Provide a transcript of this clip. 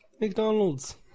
McDonald's